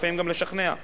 ולפעמים גם לשכנע ולשנות.